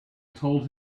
told